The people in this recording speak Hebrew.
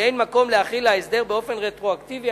שאין מקום להחיל את ההסדר באופן רטרואקטיבי.